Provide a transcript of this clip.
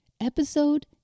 Episode